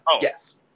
Yes